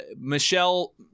Michelle